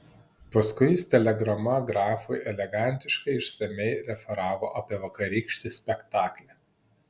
paskui jis telegrama grafui elegantiškai išsamiai referavo apie vakarykštį spektaklį